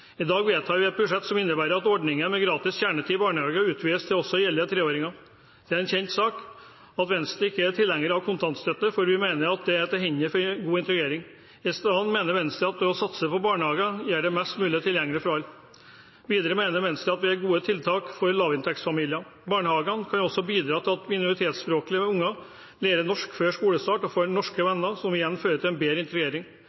I dag vedtar vi et budsjett som innebærer at ordningen med gratis kjernetid i barnehagen utvides til også å gjelde treåringer. Det er en kjent sak at Venstre ikke er tilhenger av kontantstøtte. Vi mener det er til hinder for god integrering. Isteden mener Venstre at å satse på barnehager gjør dem mest mulig tilgjengelige for alle. Videre mener Venstre at vi har gode tiltak for lavinntektsfamilier. Barnehagene kan også bidra til at minoritetsspråklige unger lærer norsk før skolestart og får norske venner, som igjen fører til bedre integrering.